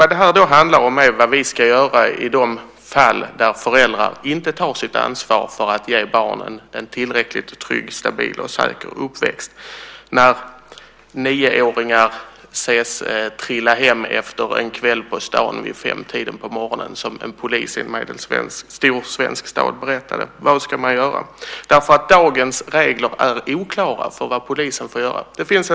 Det här handlar om vad vi ska göra i de fall där föräldrar inte tar sitt ansvar för att ge barnen en tillräckligt trygg, stabil och säker uppväxt. Nioåringar ses trilla hem efter en kväll på stan vid femtiden på morgonen, som en polis i medelstor svensk stad har berättat. Vad ska man göra? Dagens regler för vad polisen får göra är oklara.